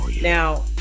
Now